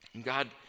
God